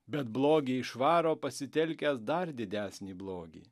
bet blogį išvaro pasitelkęs dar didesnį blogį